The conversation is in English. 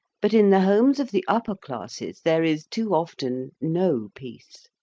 but in the homes of the upper classes there is too often no peace.